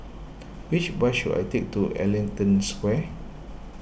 which bus should I take to Ellington Square